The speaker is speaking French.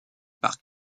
par